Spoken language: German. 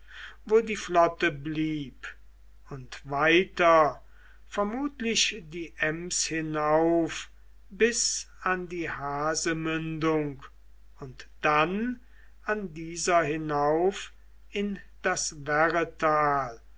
wo die flotte blieb und weiter vermutlich die ems hinauf bis an die haasemündung und dann an dieser hinauf in das